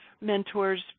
mentors